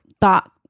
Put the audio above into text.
thought